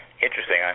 Interesting